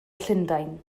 llundain